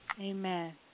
Amen